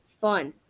Fun